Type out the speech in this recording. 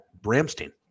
Bramstein